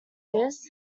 news